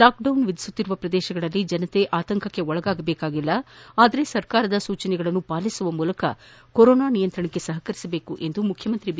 lockdown ವಿಧಿಸುತ್ತಿರುವ ಪ್ರದೇಶಗಳಲ್ಲಿ ಜನರು ಯಾವುದೇ ಆತಂಕಕ್ಕೆ ಒಳಗಾಗದೇ ಸರ್ಕಾರದ ಸೂಚನೆಗಳನ್ನು ಪಾಲಿಸುವ ಮೂಲಕ ಕೊರೊನಾ ನಿಯಂತ್ರಣಕ್ಕೆ ಸಹಕರಿಸಬೇಕೆಂದು ಮುಖ್ಯಮಂತ್ರಿ ಬಿ